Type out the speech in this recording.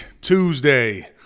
Tuesday